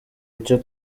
icyo